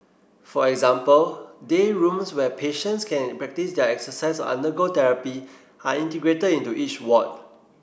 for example day rooms where patients can practise their exercise undergo therapy are integrated into each ward